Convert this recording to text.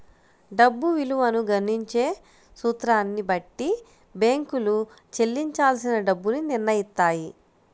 డబ్బు విలువను గణించే సూత్రాన్ని బట్టి బ్యేంకులు చెల్లించాల్సిన డబ్బుని నిర్నయిత్తాయి